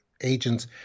agents